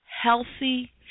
healthy